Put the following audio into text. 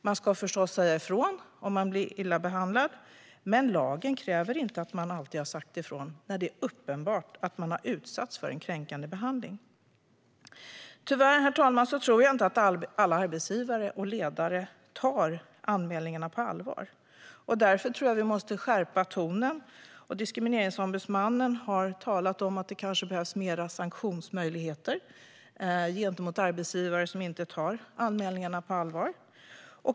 Man ska förstås säga ifrån om man blir illa behandlad. Men lagen kräver inte att man alltid har sagt ifrån, när det är uppenbart att man har utsatts för en kränkande behandling. Herr talman! Jag tror tyvärr inte att alla arbetsgivare och ledare tar anmälningarna på allvar. Därför tror jag att vi måste skärpa tonen. Diskrimineringsombudsmannen har talat om att det kanske behövs mer sanktionsmöjligheter gentemot arbetsgivare som inte tar anmälningarna på allvar.